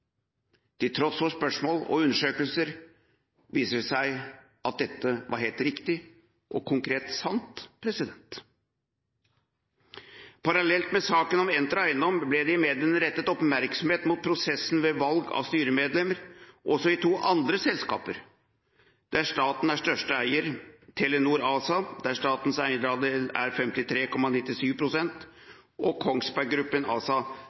Til tross for spørsmål og undersøkelser viser det seg at dette var helt riktig og konkret sant. Parallelt med saken om Entra Eiendom ble det i media rettet oppmerksomhet mot prosessen med valg av styremedlemmer også i to andre selskaper der staten er største eier: Telenor ASA, der statens eierandel er 53,97 pst. og Kongsberg Gruppen